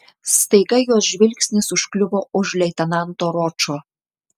staiga jos žvilgsnis užkliuvo už leitenanto ročo